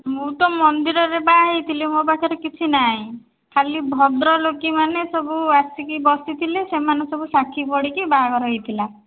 ମୁଁ ତ ମନ୍ଦିରରେ ବାହା ହହୋଇଥିଲି ମୋ ପାଖରେ କିଛି ନାହିଁ ଖାଲି ଭଦ୍ରଲୋକମାନେ ସବୁ ଆସିକି ବସିଥିଲେ ସେମାନେ ସବୁ ସାକ୍ଷୀ ପଡ଼ିକି ବାହାଘର ହୋଇଥିଲା